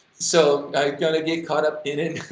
so, i'm gonna get caught up in it,